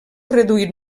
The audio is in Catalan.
reduït